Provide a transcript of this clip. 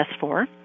S4